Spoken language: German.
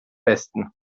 besten